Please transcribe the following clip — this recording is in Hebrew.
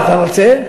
אתה רוצה,